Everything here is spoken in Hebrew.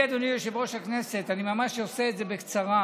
אי-אפשר לקבוע שפלוני לא יכול בכלל להתמנות לתפקיד